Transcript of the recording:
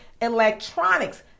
electronics